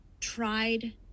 tried